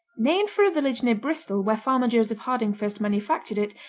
named for a village near bristol where farmer joseph harding first manufactured it,